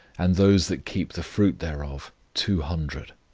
and those that keep the fruit thereof two hundred.